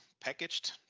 packaged